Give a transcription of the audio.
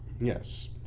Yes